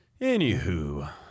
Anywho